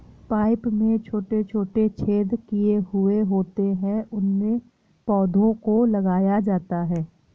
pipe में छोटे छोटे छेद किए हुए होते हैं उनमें पौधों को लगाया जाता है